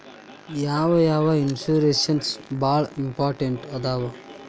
ಯಾವ್ಯಾವ ಇನ್ಶೂರೆನ್ಸ್ ಬಾಳ ಇಂಪಾರ್ಟೆಂಟ್ ಅದಾವ?